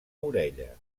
orella